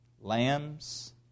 Lamb's